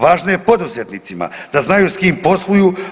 Važno je poduzetnicima da znaju s kim posluju.